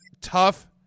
tough